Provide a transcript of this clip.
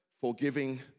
forgiving